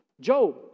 Job